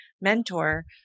mentor